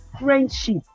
friendship